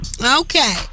Okay